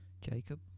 Jacob